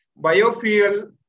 biofuel